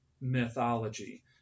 mythology